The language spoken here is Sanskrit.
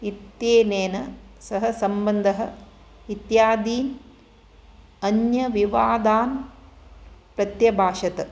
इत्यनेन सह सम्बन्धः इत्यादीन् अन्यविवादान् प्रत्यभाषत